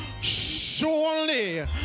surely